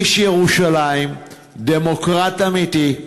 איש ירושלים, דמוקרט אמיתי,